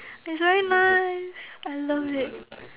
it's very nice I love it